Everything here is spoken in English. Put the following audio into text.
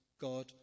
God